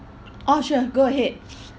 orh sure go ahead